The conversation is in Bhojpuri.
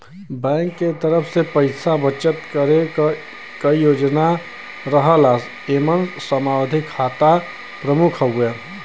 बैंक के तरफ से पइसा बचत करे क कई योजना रहला एमन सावधि खाता प्रमुख हउवे